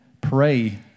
pray